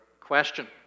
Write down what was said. question